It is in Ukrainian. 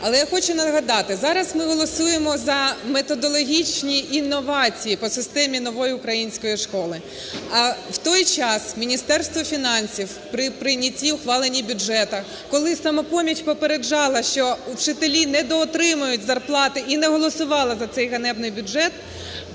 Але я хочу нагадати, зараз ми голосуємо за методологічні інновації по системі нової української школи. В той час Міністерство фінансів при прийнятті і ухваленні бюджету, коли "Самопоміч" попереджала, що вчителі недоотримають зарплати і не голосувала за цей ганебний бюджет,